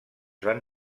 van